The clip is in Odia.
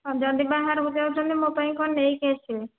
ଆଉ ଯଦି ବାହାରକୁ ଯାଉଛନ୍ତି ମୋ ପାଇଁ କ'ଣ ନେଇକି ଆସିବେ